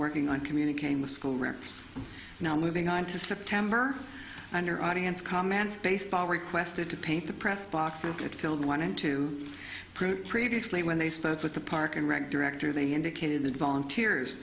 working on communicating with school reps now moving on to september under audience comments baseball requested to paint the press boxes that filled wanted to prove previously when they spoke with the park and rec director they indicated that volunteers